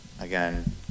again